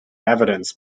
evidence